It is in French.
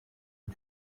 une